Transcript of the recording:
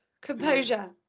composure